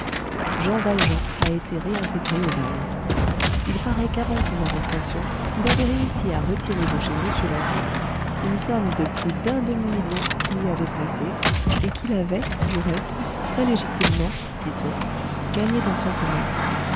jean valjean a été réintégré au bagne il paraît qu'avant son arrestation il avait réussi à retirer de chez mr laffitte une somme de plus d'un demi-million qu'il y avait placée et qu'il avait du reste très légitimement dit-on gagnée dans son commerce